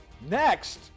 next